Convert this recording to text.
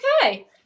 Okay